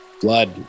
blood